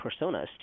personas